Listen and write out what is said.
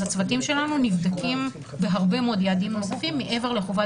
אז הצוותים שלנו נבדקים בהרבה מאוד יעדים נוספים מעבר לחובת